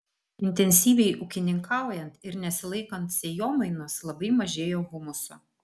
intensyviai ūkininkaujant ir nesilaikant sėjomainos labai mažėja humuso